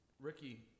ricky